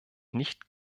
nicht